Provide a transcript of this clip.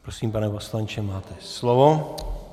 Prosím, pane poslanče, máte slovo.